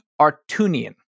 Artunian